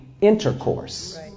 intercourse